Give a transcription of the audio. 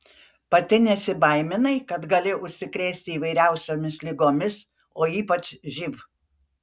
pati nesibaiminai kad gali užsikrėsti įvairiausiomis ligomis o ypač živ